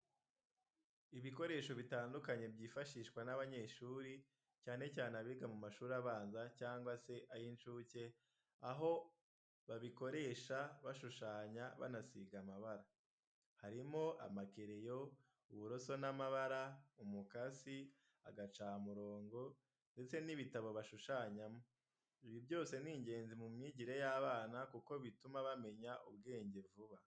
Ibikoresho bitandukanye byifashishwa n'abanyeshuri, cyane cyane abiga mu mashuri abanza cyangwa se ay'incuke, aho babikoresha bashushanya banasiga amabara. Harimo amakereyo, uburoso n'amabara, umukasi, agacamurongo ndetse n'ibitabo bashushanyamo. Ibi byose ni ingenzi mu myigire y'abana kuko bituma bamenya ubwenge vuba.